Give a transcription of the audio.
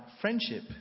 friendship